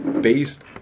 based